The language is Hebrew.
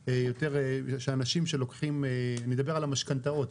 שאנשים שלוקחים ואני מדבר על המשכנתאות,